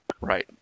Right